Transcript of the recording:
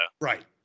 right